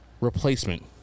replacement